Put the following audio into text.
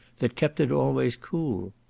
that kept it always cool.